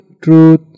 truth